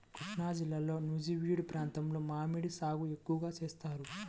కృష్ణాజిల్లాలో నూజివీడు ప్రాంతంలో మామిడి సాగు ఎక్కువగా చేస్తారు